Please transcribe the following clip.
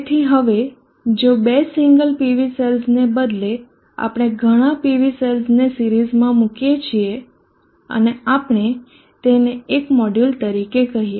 તેથી હવે જો બે સિંગલ PV સેલ્સને બદલે આપણે ઘણા PV સેલ્સને સિરીઝમાં મૂકીએ છીએ અને આપણે તેને એક મોડ્યુલ તરીકે કહીએ